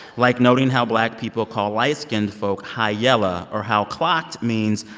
like noting how black people call light-skinned folk high yella or how clocked means,